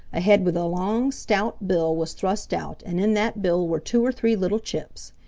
a head with a long stout bill was thrust out and in that bill were two or three little chips.